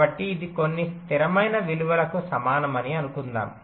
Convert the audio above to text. కాబట్టి ఇది కొన్ని స్థిరమైన విలువకు సమానమని అనుకుందాము